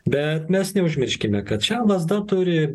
bet mes neužmirškime kad čia lazda turi